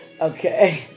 Okay